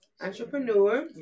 entrepreneur